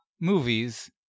Movies